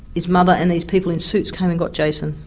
his mother and these people in suits came and got jason,